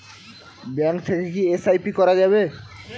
Bank থেকে কী SIP করা যাবে?